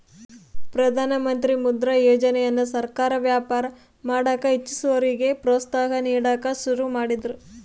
ಪ್ರಧಾನಮಂತ್ರಿ ಮುದ್ರಾ ಯೋಜನೆಯನ್ನ ಸರ್ಕಾರ ವ್ಯಾಪಾರ ಮಾಡಕ ಇಚ್ಚಿಸೋರಿಗೆ ಪ್ರೋತ್ಸಾಹ ನೀಡಕ ಶುರು ಮಾಡಿದ್ರು